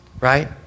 right